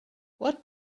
what